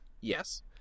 Yes